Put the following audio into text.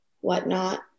whatnot